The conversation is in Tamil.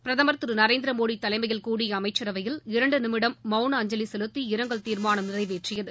பிரதமா் திரு நரேந்திரமோடி தலைமையில் கூடிய அமைச்சரவையில் இரண்டு நிமிடம் மௌன அஞ்சலி செலுத்தி இரங்கல் தீர்மானம் நிறைவேற்றியது